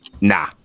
Nah